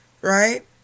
right